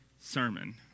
Sermon